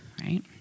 right